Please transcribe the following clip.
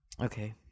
Okay